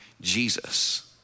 Jesus